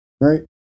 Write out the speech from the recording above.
right